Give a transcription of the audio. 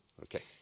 Okay